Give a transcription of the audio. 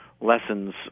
lessons